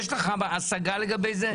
יש לך השגה לגבי זה?